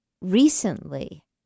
recently